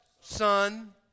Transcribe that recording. Son